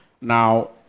Now